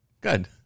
Good